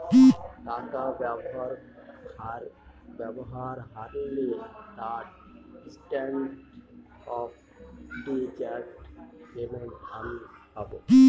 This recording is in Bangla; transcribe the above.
টাকা ব্যবহার হারলে তার স্ট্যান্ডার্ড অফ ডেজার্ট পেমেন্ট আমি পাব